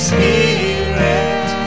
Spirit